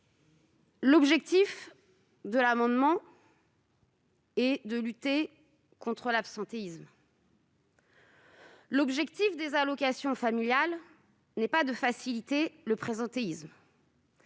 l'objectif de cet amendement est de lutter contre l'absentéisme, celui des allocations familiales n'est pas de faciliter le présentéisme.